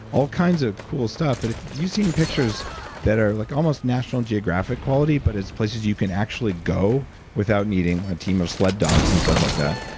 all kinds of cool stuff but if you've seen pictures that are like almost national geographic quality, but it's places you can actually go without needing a team of sled dogs and stuff like that.